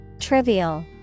Trivial